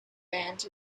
bands